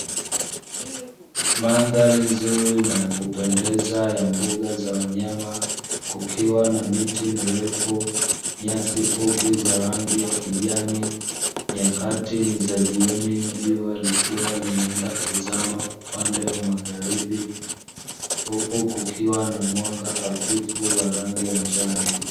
Mandhari nzuri na kupendeza ya mbuga za wanyama kukiwa na miti mirefu nyasi fupi za rangi ya kijani, nyakati ni za jioni jua likiwa limeanza kuzama upande wa magharibi huku kukiwa na mwanga hafifu wa rangi ya njano.